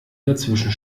dazwischen